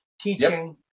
teaching